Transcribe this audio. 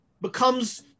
becomes